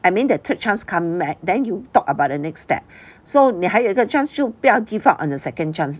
I mean the third chance come back then you talk about the next step so 你还有一个 chance 就不要 give up on the second chance